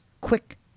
quick